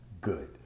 Good